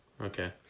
Okay